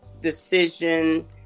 decision